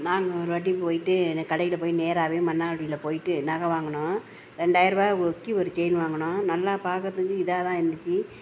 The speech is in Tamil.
நான் ஒரு வாட்டி போய்விட்டு எனக்கு கடையில் போய் நேராகவே மன்னார்குடியில் போய்விட்டு நகை வாங்கினோம் ரெண்டாயிருபா ஒக்கி ஒரு செயின் வாங்கினோம் நல்லா பார்க்கறத்துக்கு இதாக தான் இருந்துச்சு